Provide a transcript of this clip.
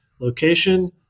location